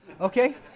okay